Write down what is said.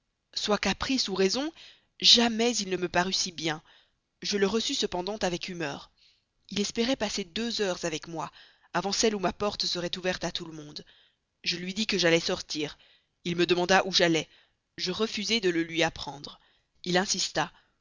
soit caprice ou raison jamais il ne me parut si bien je le reçus cependant avec humeur il espérait passer deux heures avec moi avant celle où ma porte serait ouverte à tout le monde je lui dis que j'allais sortir il me demanda où j'allais je refusai de le lui dire il insista